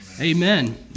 Amen